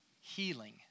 healing